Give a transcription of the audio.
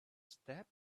step